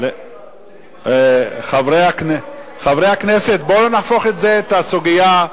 חבר הכנסת מאיר שטרית,